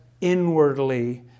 inwardly